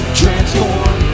transform